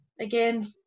again